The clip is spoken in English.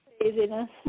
Craziness